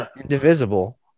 Indivisible